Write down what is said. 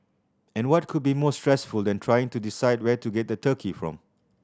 and what could be more stressful than trying to decide where to get the turkey from